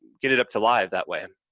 get it up to live that way,